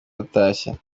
yaratashye